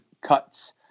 cuts